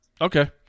Okay